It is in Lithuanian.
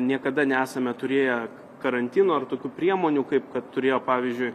niekada nesame turėję karantino ir tokių priemonių kaip kad turėjo pavyzdžiui